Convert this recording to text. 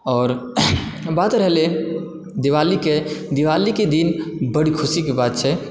आओर बात रहलै दिवाली के दिवालीके दिन बड़ खुशीके बात छै